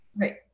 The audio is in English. right